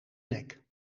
nek